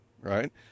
right